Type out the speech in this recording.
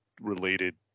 related